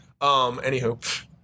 anywho